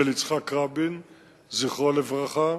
של יצחק רבין זכרו לברכה,